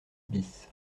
bis